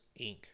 Inc